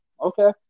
okay